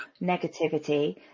negativity